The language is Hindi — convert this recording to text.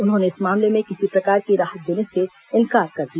उन्होंने इस मामले में किसी प्रकार की राहत देने से इंकार कर दिया